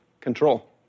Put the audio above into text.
control